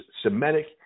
Semitic